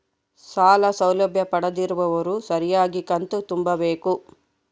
ಸಾಲ ಸೌಲಭ್ಯ ಪಡೆದಿರುವವರು ಸರಿಯಾಗಿ ಕಂತು ತುಂಬಬೇಕು?